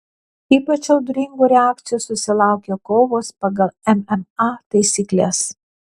ypač audringų reakcijų susilaukė kovos pagal mma taisykles